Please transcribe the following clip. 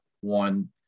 one